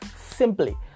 Simply